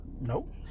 Nope